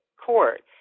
court